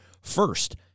first